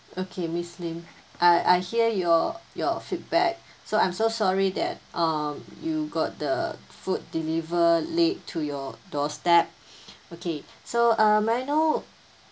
okay miss lim I I hear your your feedback so I'm so sorry that uh you got the food delivered late to your doorstep okay so uh may I know